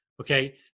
Okay